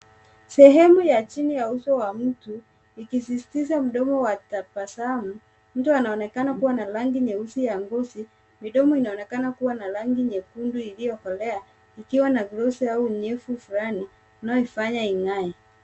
Sehemu ya chini ya uso wa mtu, ikisisitiza mdomo wa tabasamu, mtu anaonekana kuwa na rangi nyeusi ya ngozi, midomo inaonekana kuwa na rangi nyekundu iliyokolea, ikiwa na virusi au unyevu fulani, unayoifanya ing'ae.